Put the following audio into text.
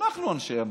אנחנו אנשי המילואים,